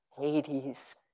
Hades